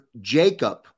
JACOB